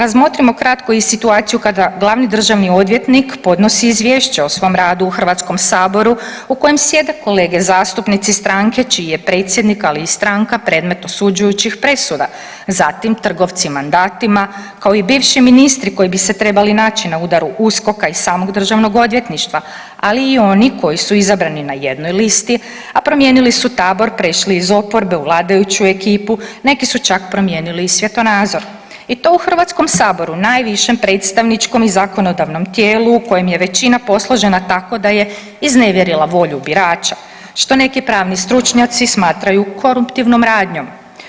Razmotrimo kratko i situaciju kada glavni državni odvjetnik podnosi Izvješće o svom radu u Hrvatskom saboru u kojem sjede kolege zastupnici stranke čiji je predsjednik ali i stranka predmet osuđujućih presuda, zatim trgovci mandatima kao i bivši ministri koji bi se trebali naći na udaru USKOK-a i samog Državnog odvjetništva, ali i oni koji su izabrani na jednoj listi, a promijenili su tabor prešli iz oporbe u vladajuću ekipu, neki su čak promijenili i svjetonazor i to u Hrvatskom saboru najvišem predstavničkom i zakonodavnom tijelu u kojem je većina posložena tako da je iznevjerila volju birača, što neki pravni stručnjaci smatraju korumptivnom radnjom.